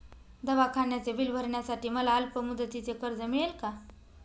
दवाखान्याचे बिल भरण्यासाठी मला अल्पमुदतीचे कर्ज मिळेल का?